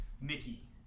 Mickey